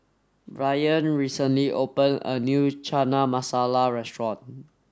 Brayan recently opened a new Chana Masala restaurant